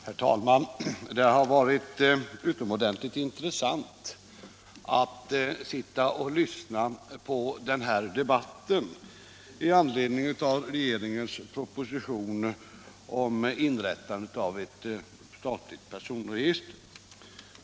Herr talman! Det har varit utomordentligt intressant att lyssna till denna debatt med anledning av regeringens proposition om inrättande av ett statligt personregister.